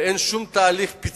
ואין שום פיצוי